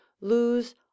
lose